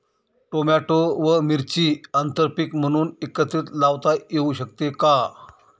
Tomato व मिरची आंतरपीक म्हणून एकत्रित लावता येऊ शकते का?